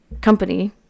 company